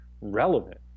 relevant